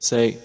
Say